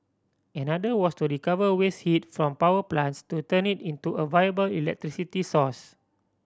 another was to recover waste heat from power plants to turn it into a viable electricity source